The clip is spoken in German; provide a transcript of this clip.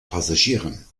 passagieren